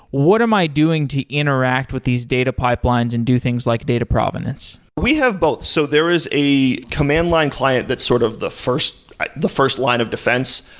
what am i doing to interact with these data pipelines and do things like data provenance? we have both. so there is a command line client that's sort of the first the first line of defense,